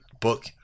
book